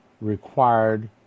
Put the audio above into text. required